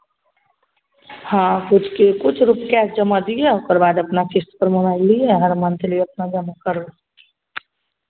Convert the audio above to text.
हँ किछुके किछु रुपैआ जमा दिअ ओकरबाद अपना किश्तपर मोबाइल लिअ हर मन्थली अपना जमा करू